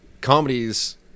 comedies